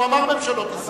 הוא אמר "ממשלות ישראל".